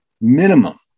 minimum